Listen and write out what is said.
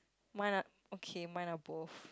mine are okay mine are both